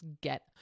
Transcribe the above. get